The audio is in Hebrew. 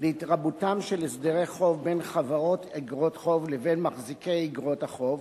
להתרבותם של הסדרי חוב בין חברות איגרות חוב לבין מחזיקי איגרות החוב,